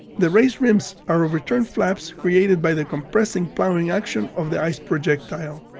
the raised rims are overturned flaps created by the compressive plowing action of the ice projectile.